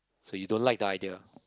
so you don't like the idea